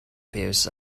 fields